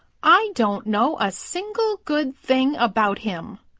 i don't know a single good thing about him,